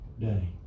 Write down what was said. day